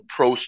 Pro